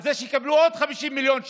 על זה שיקבלו עוד 50 מיליון שקל,